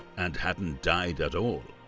and hadn't died at all.